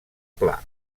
pla